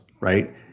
right